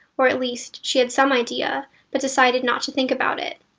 or at least she had some idea, but decided not to think about it.